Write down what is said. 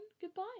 goodbye